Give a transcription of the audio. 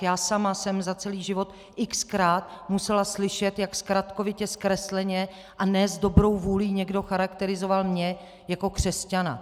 Já sama jsem za celý život xkrát musela slyšet, jak zkratkovitě, zkresleně a ne s dobrou vůlí někdo charakterizoval mě jako křesťana.